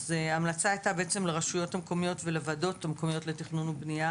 ההמלצה הייתה לרשויות המקומיות ולוועדות המקומיות לתכנון ובנייה